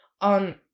on